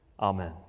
amen